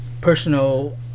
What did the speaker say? personal